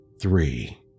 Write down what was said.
three